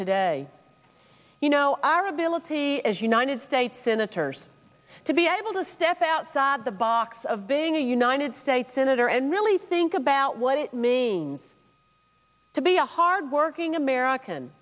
today you know our ability as united states senators to be able to step outside the box of being a united states senator and really think about what it means to be a hard working american